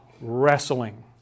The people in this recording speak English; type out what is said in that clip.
wrestling